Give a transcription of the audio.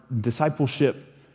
discipleship